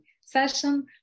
session